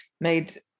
made